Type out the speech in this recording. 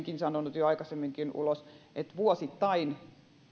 sanonut jo aikaisemminkin ulos että vuosittain